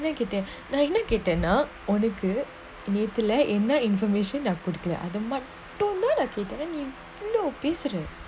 negative neither gait tenor onigiri nutella a information they're good other month located